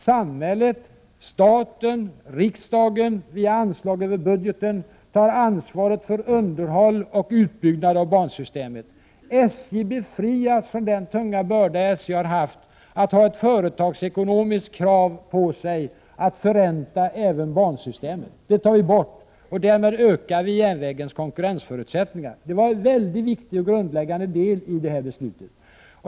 Samhället, staten och riksdagen tar via anslag över budgeten ansvaret för underhåll och utbyggnad av bansystemet. SJ befrias från den tunga börda SJ har haft, att ha ett företagsekonomiskt krav på sig att förränta även bansystemet. Det tar vi bort, och därmed ökar vi järnvägens konkurrensförutsättningar. Det var en mycket viktig och grundläggande del av detta beslut.